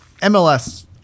MLS